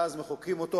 ואז מחוקקים אותו.